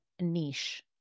niche